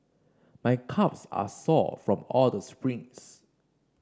my calves are sore from all the sprints